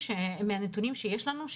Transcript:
מהנתונים שיש לנו,